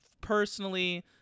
personally